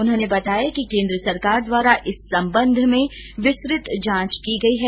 उन्होंने बताया कि केन्द्र सरकार द्वारा इस संबंध में विस्तृत जांच की गई है